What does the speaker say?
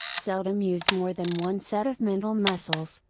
seldom use more than one set of mental muscles,